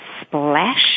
splash